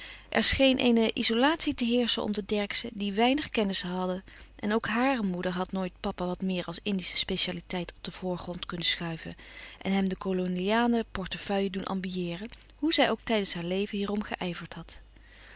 er scheen eene izolatie te heerschen om de derckszen die weinig kennissen hadden en ook hàre moeder had nooit papa wat meer als indische specialiteit op den voorgrond kunnen schuiven en hem de koloniale portefeuille doen ambieeren hoe zij ook tijdens haar leven hierom geijverd had